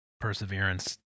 perseverance